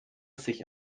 sich